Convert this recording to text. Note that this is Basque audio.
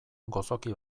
gozoki